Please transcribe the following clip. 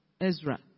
Ezra